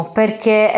perché